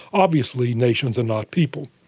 obviously nations are not people.